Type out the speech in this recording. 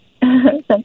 Thank